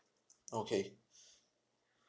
okay